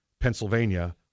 Pennsylvania